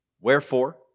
Wherefore